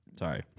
Sorry